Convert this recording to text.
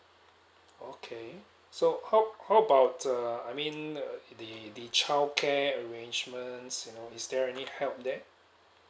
okay so how how about the I mean uh the the childcare arrangements you know is there any help there